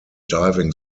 diving